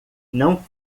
não